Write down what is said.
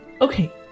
Okay